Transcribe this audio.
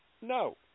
No